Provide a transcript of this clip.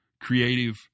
creative